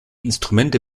instrumente